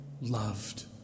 loved